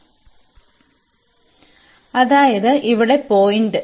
അതിനാൽ അതാണ് ഇവിടെ പോയിന്റ്